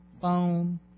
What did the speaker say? Phone